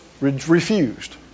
refused